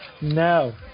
No